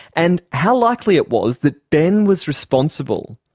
and how likely it was that ben was responsible.